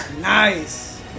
Nice